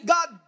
God